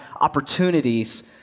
opportunities